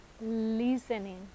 listening